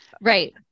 Right